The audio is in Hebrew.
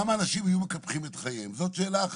תודה.